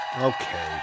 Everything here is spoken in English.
Okay